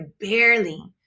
barely